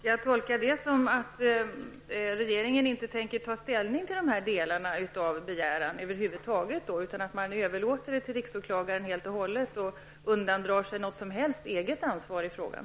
Herr talman! Skall jag tolka det så att regeringen över huvud taget inte tänker ta ställning till de delar av den indiska begäran som jag talat om utan helt och hållet överlåta saken till riksåklagaren och därmed undandra sig ett eget ansvar i frågan?